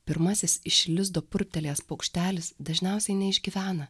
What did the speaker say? pirmasis iš lizdo purptelėjęs paukštelis dažniausiai neišgyvena